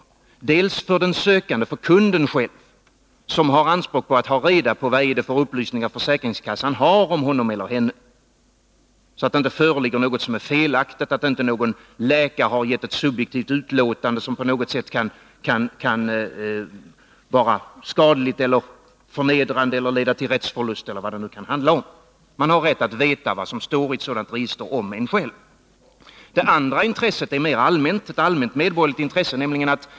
Först och främst är det intressant för den sökande, för kunden själv, som har anspråk på att få reda på vilka uppgifter försäkringskassan har om honom eller henne — så att det inte föreligger några felaktiga uppgifter, att inte någon läkare avgett ett subjektivt utlåtande som på något sätt kan vara skadligt eller förnedrande eller som kan leda till rättsförlust eller vad det nu kan handla om. Man har rätt att veta vad som står om en själv i ett sådant register. Det andra intresset är ett mera allmänt medborgerligt intresse.